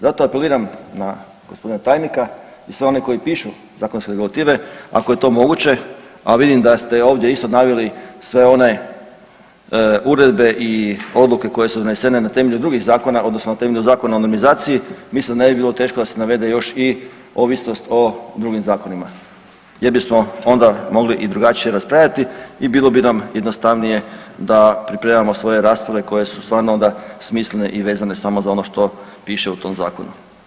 Zato apeliram na gospodina tajnika i sve one koji pišu Zakonske regulative, ako je to moguće, a vidim da ste ovdje isto naveli sve one Uredbe i Odluke koje su donesene na temelju drugih Zakona, odnosno na temelju Zakona o normizaciji, mislim da ne bi bilo teško da se navede još i ovisnost o drugim Zakonima, jer bismo onda mogli i drugačije raspravljati i bilo bi nam jednostavnije da pripremamo svoje rasprave koje su stvarno onda smislene i vezane samo za ono što piše u tom Zakonu.